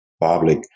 public